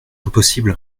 impossible